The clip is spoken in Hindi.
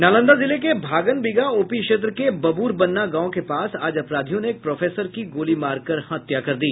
नालंदा जिले के भागनबिगहा ओपी क्षेत्र के बब्रबन्ना गांव के पास आज अपराधियों ने एक प्रोफेसर की गोली मार कर हत्या कर दी